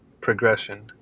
progression